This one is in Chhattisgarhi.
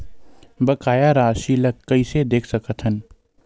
बकाया राशि ला कइसे देख सकत हान?